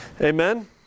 Amen